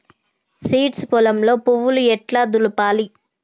Seeds పొలంలో పువ్వు ఎట్లా దులపాలి?